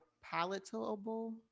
palatable